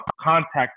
contact